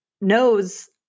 knows